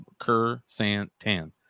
Kersantan